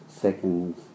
seconds